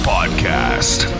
Podcast